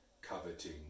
coveting